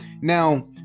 now